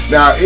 Now